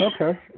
Okay